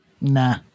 Nah